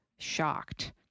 shocked